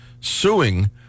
suing